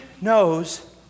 knows